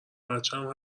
بچم